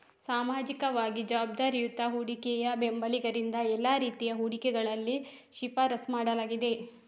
ಸಾಮಾಜಿಕವಾಗಿ ಜವಾಬ್ದಾರಿಯುತ ಹೂಡಿಕೆಯ ಬೆಂಬಲಿಗರಿಂದ ಎಲ್ಲಾ ರೀತಿಯ ಹೂಡಿಕೆಗಳಲ್ಲಿ ಶಿಫಾರಸು ಮಾಡಲಾಗಿದೆ